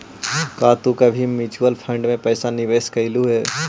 का तू कभी म्यूचुअल फंड में पैसा निवेश कइलू हे